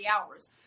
hours